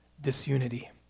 disunity